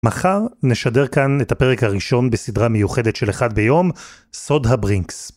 מחר נשדר כאן את הפרק הראשון בסדרה מיוחדת של אחד ביום סוד הברינקס.